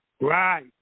Right